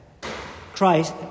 Christ